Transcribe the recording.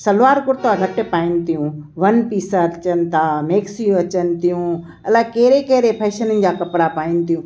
सलवार कुर्ता घट पायन थियूं वन पीस अचनि था मेक्सियूं अचनि थियूं अलाए कहिड़े कहिड़े फैशननि जा कपिड़ा पाइनि थियूं